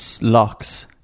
locks